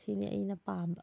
ꯁꯤꯅꯦ ꯑꯩꯅ ꯄꯥꯝꯕ